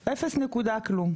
אפס נקודה כלום.